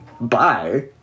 Bye